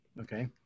Okay